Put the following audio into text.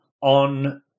on